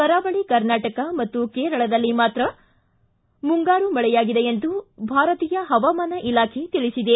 ಕರಾವಳಿ ಕರ್ನಾಟಕ ಮತ್ತು ಕೇರಳದಲ್ಲಿ ಮಾತ್ರ ಮುಂಗಾರು ಮಳೆಯಾಗಿದೆ ಎಂದು ಭಾರತೀಯ ಹವಾಮಾನ ಇಲಾಖೆ ತಿಳಿಸಿದೆ